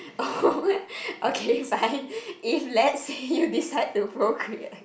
okay fine if let's say you decide to procreate